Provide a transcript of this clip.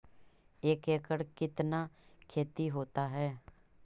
एक एकड़ कितना खेति होता है?